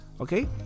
Okay